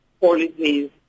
policies